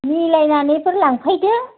मिलायनानैफोर लांफैदो